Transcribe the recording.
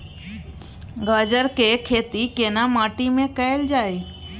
गाजर के खेती केना माटी में कैल जाए?